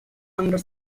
under